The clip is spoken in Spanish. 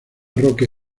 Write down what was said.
roque